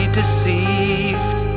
deceived